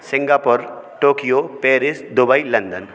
Singapore Tokyo Paris Dubai London